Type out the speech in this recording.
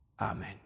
Amen